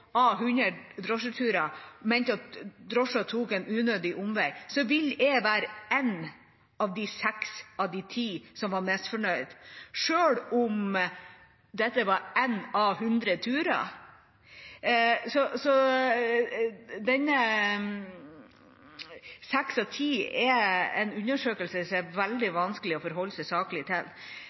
av hundre drosjeturer mente at drosjen tok en unødig omvei, vil jeg være en av de seks av ti som var misfornøyd, selv om dette var én av hundre turer. Så denne «seks av ti» er en undersøkelse som er veldig vanskelig å forholde seg saklig til.